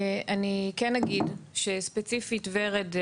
ואני אגיע איתם לבית משפט על מה שקרה ב-17.5.